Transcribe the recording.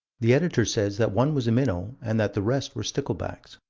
the editor says that one was a minnow and that the rest were sticklebacks.